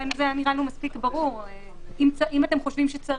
אם אתם חושבים שצריך,